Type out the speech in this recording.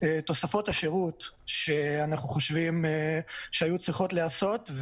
תוספות השירות שאנחנו חושבים שהיו צריכות להיעשות,